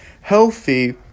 healthy